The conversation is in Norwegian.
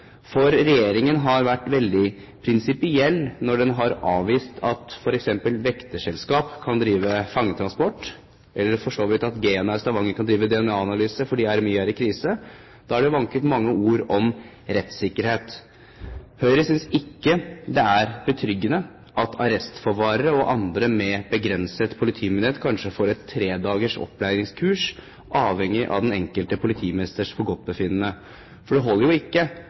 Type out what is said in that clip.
For regjeringen har vært veldig prinsipiell når den har avvist at f.eks. vekterselskap kan drive fangetransport, eller for så vidt at GENA i Stavanger kan drive DNA-analyse fordi RMI er i krise. Da har det vanket mange ord om rettssikkerhet. Høyre synes ikke det er betryggende at arrestforvarere og andre med begrenset politimyndighet kanskje får et tre dagers opplæringskurs avhengig av den enkelte politimesters forgodtbefinnende. Det holder jo ikke